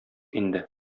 инде